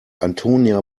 antonia